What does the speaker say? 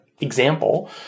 example